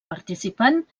participant